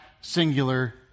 singular